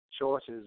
choices